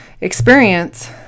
experience